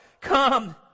Come